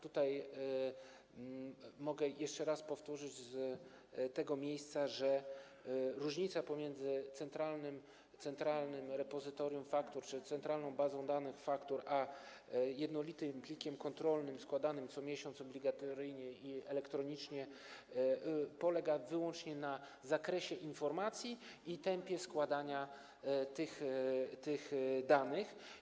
Tutaj mogę jeszcze raz powtórzyć z tego miejsca, że różnica pomiędzy centralnym repozytorium faktur czy centralną bazą danych, faktur a jednolitym plikiem kontrolnym składanym co miesiąc obligatoryjnie i elektronicznie polega wyłącznie na zakresie informacji i tempie składania tych danych.